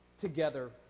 together